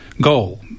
goal